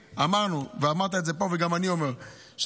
אמרת את זה פה וגם אני אומר שאנחנו